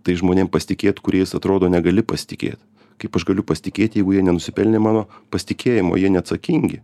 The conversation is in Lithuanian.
tais žmonėm pasitikėt kuriais atrodo negali pasitikėt kaip aš galiu pasitikėt jeigu jie nenusipelnė mano pasitikėjimo jie neatsakingi